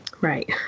Right